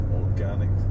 organic